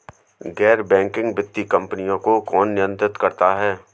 गैर बैंकिंग वित्तीय कंपनियों को कौन नियंत्रित करता है?